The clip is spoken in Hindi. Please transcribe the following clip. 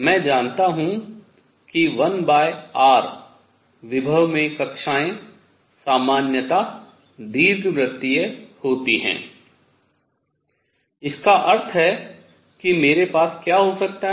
मैं जानता हूँ कि 1r विभव में कक्षाएं सामान्यता दीर्घ वृतीय होती हैं इसका अर्थ है कि मेरे पास क्या हो सकता है